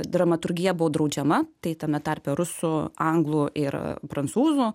dramaturgija buvo draudžiama tai tame tarpe rusų anglų ir prancūzų